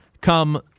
come